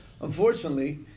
unfortunately